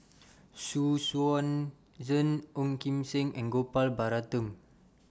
Xu Yuan Zhen Ong Kim Seng and Gopal Baratham